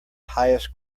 highest